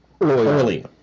Early